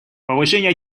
повышение